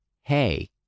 hey